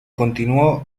continuó